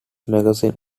magazine